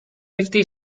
fifty